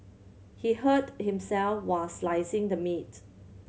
he hurt himself while slicing the meat